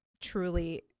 truly